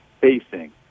facing